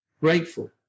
grateful